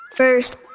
First